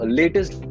latest